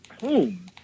home